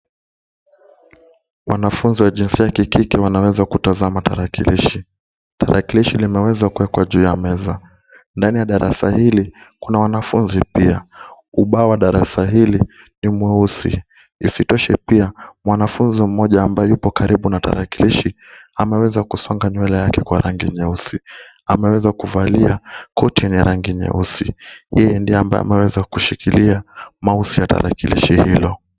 Wanafunzi wa jinsia ya kike wanaweza kutazama tarakilishi. Tarakilishi imeekwa juu ya meza. Ndani ya darasa hili kuna wanafunzi pia, ubao wa darasa hili, ni mweusi. Isitoshe pia, mwanafunzi aliye karibu na tarakilishi amesonga nywele yake kwa rangi nyeusi. Ameweza kuvalia koti ya rangi nyeusi. Yeye ndiye aliyeweza kushikilia cs[Mouse]cs ya tarakilishi hilo.